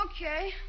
Okay